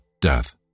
death